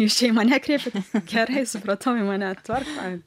jūs čia į mane kreipiatės gerai supratau į mane tvarkoj